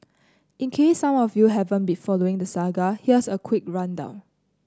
in case some of you haven't been following the saga here's a quick rundown